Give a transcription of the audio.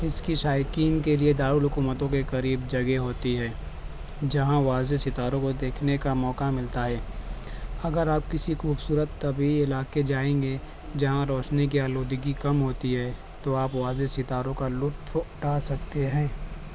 اس کی شائقین کے لیے دارالحکومتوں کے قریب جگہ ہوتی ہے جہاں واضح ستاروں کو دیکھنے کا موقع ملتا ہے اگر آپ کسی خوبصورت طبعی علاقے جائیں گے جہاں روشنی کی آلودگی کم ہوتی ہے تو آپ واضح ستاروں کا لطف اٹھا سکتے ہیں